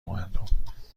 مردم